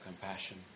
compassion